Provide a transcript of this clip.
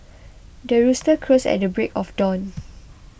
the rooster crows at the break of dawn